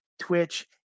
Twitch